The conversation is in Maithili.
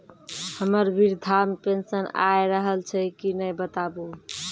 हमर वृद्धा पेंशन आय रहल छै कि नैय बताबू?